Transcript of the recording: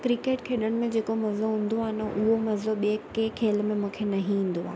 cricket खेॾण में जेको मज़ो हूंदो आहे न उहो मज़ो ॿिए कंहिं खेल में मूंखे न ईंदो आहे